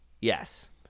Yes